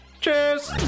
Cheers